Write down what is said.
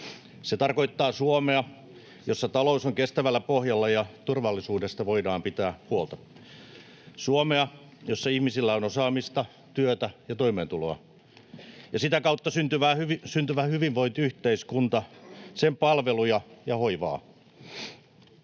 Se tarkoittaa Suomea, jossa talous on kestävällä pohjalla ja turvallisuudesta voidaan pitää huolta; Suomea, jossa ihmisillä on osaamista, työtä ja toimeentuloa; ja sitä kautta syntyvää hyvinvointiyhteiskuntaa, sen palveluja ja hoivaa.